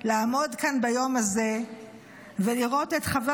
לעמוד כאן ביום הזה ולראות את חבר